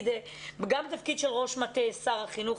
גם בתפקיד של ראש מטה שר החינוך,